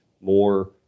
more